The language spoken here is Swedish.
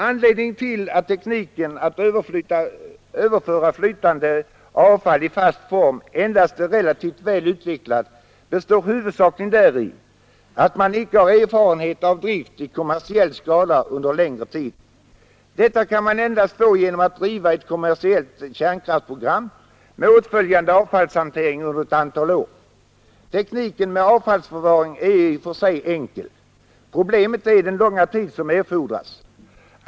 Anledningen till att tekniken att överföra flytande avfall i fast form endast är ”relativt väl utvecklad” består huvudsakligen däri att man icke har erfarenhet av drift i kommersiell skala under längre tid. Sådan erfarenhet kan man endast få genom att driva ett kommersiellt kärnkraftsprogram med åtföljande avfallshantering under ett antal år. Tekniken med avfallsförvaring är i och för sig enkel. Problemet är den långa tid som erfordras.